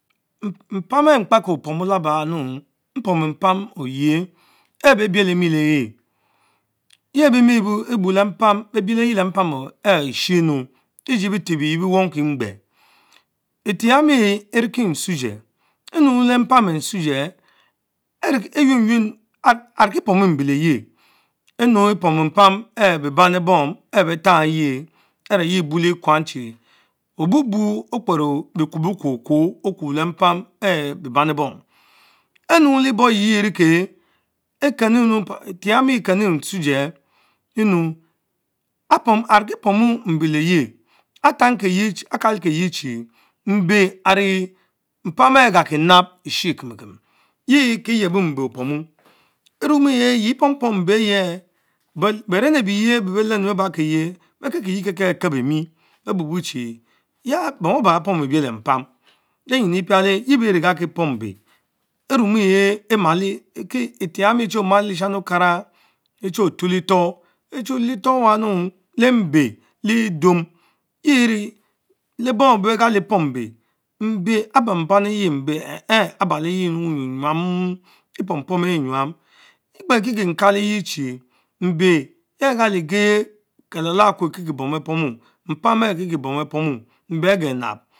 Opomu labanunu mpomu mpam oyeh ehh beh biele mie le ehh tebemeh beh beilere le mpam are eshie nuu lejie beten ebiyeh bie Wanke que mabe. Eteh yami erieki nsujen enu le mpam E-nsujen ariek, Pomu mbele Meh Eur fpomu mpam elih bie bane bomo ehh beh tak the avelly yie ebule ekwanche Obubun Okpero bekwobekwo okwor le mpam elich bie ban elbom, Anky le ebork ayle yeh ericke kemu teh amie ekenm nõuje enku arikie mbe leh tel ave kalkie pomu we chie mbe arie mpamehh igarki na eshich exigh Ekemekem tea kie yeво тве erunnich yie epom pom mbeten, beren ebeyeh elbe belenkie bee batirrkiye. bekelkieye kekekel bamie beh bubochieja bom eba beh pomu biele mpam, teymiyina piale yeh beh erikakie, bom mbe, Enimerih ken etch-ami concih malo lesham okara es echie tych leh for, echule le stor Wanunu, leh mbe le Idum yeu erie lee bom abey be kali. Pom mbe, mbe ah ban bam, ibe chh ahh, ah baneyeh le wunyu emnyam, epompom ehh enjamo mikpe kieki nkaleye chie mbe yeh galigen Kelalah aveku kie bom beh pomun, mpam beh are kie bom pomun, mbe ah-geh nab.